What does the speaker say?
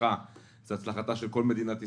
הצלחתך היא הצלחתה של כל מדינת ישראל,